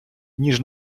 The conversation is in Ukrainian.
ніж